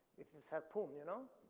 with his harpoon, you know?